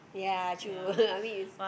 yeah !wah!